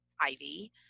Ivy